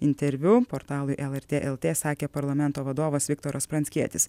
interviu portalui lrt lt sakė parlamento vadovas viktoras pranckietis